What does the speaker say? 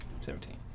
Seventeen